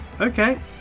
Okay